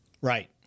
Right